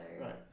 right